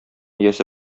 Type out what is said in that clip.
иясе